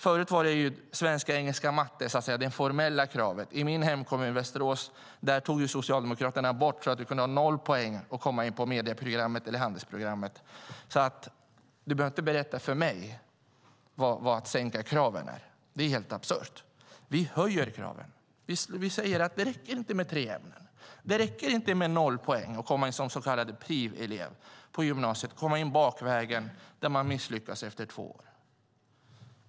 Förut var svenska, engelska och matte, så att säga, det formella kravet. I min hemkommun, Västerås, tog Socialdemokraterna bort det, så man kunde ha noll poäng och komma in på medieprogrammet eller handelsprogrammet. Du behöver alltså inte berätta för mig vad det är att sänka kraven. Det är helt absurt. Vi höjer kraven. Vi säger att det inte räcker med tre ämnen. Det räcker inte med noll poäng och att komma in som så kallad Privelev på gymnasiet, komma in bakvägen och misslyckas efter två år.